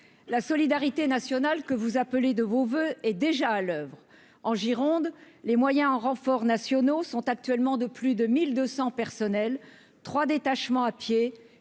La solidarité nationale que vous appelez de vos voeux est déjà à l'oeuvre. Ainsi, en Gironde, les renforts nationaux représentent actuellement plus de 1 200 personnes, trois détachements à pied,